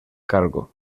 cargo